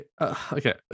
Okay